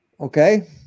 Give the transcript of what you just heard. Okay